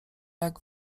jak